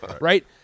Right